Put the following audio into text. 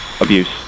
abuse